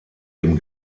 dem